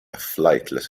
flightless